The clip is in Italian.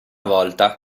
volta